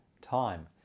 time